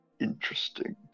interesting